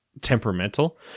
temperamental